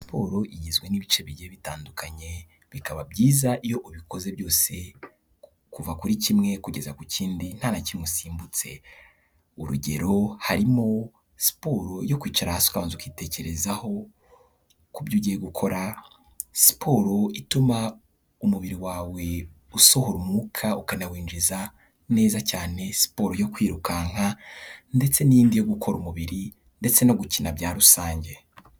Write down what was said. Siporo igizwe n'ibice bibiri bitandukanye bikaba byiza iyo ubikoze byose kuva kuri kimwe kugeza ku kindi nta na kimusimbutse, urugero harimo siporo yo kwicara hasi ukabanza ukitekerezaho, ku byo ugiye gukora siporo ituma umubiri wawe usohora umwuka ukanawinjiza neza cyane, siporo yo kwirukanka ndetse n'indi yo gukora umubiri ndetse no gukina bya rusange.